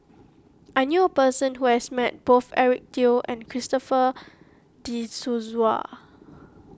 I knew a person who has met both Eric Teo and Christopher De Souza